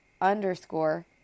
underscore